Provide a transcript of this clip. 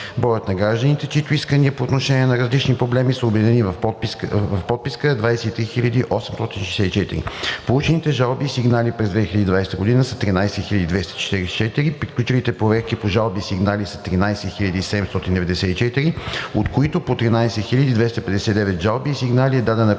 Броят на гражданите, чиито искания по отношение на различни проблеми са обединени в подписки, е 23 864. Получените жалби и сигнали през 2020 г. са 13 244. Приключените проверки по жалби и сигнали са 13 794, от които по 13 259 жалби и сигнали е дадена препоръка,